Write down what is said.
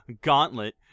gauntlet